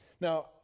Now